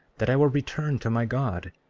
that i will return to my god.